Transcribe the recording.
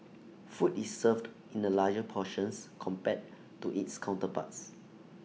food is served in the larger portions compared to its counterparts